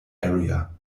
area